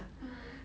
ah